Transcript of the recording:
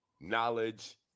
knowledge